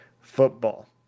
football